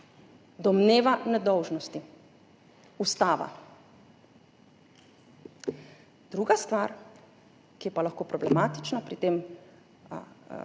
Domneva nedolžnosti. Ustava. Druga stvar, ki je pa lahko problematična pri tem